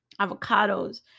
avocados